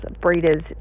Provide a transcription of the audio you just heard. Breeders